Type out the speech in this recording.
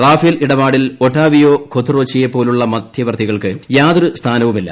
Rafale ഇടപാടിൽ Ottavio ഖൊത്ത്റോച്ചിയെപോലെയുള്ള മധ്യവർത്തികൾക്ക് യാതൊരു സ്ഥാനവുമില്ല